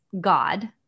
God